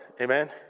Amen